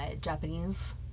Japanese